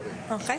אוקי.